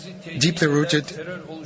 deeply-rooted